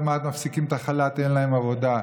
ולאפשר לשרי הממשלה להתחמק" אומרים את זה כאן בפירוש: